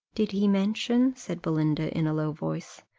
did he mention, said belinda, in a low voice,